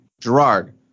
Gerard